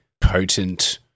potent